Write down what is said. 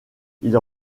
ils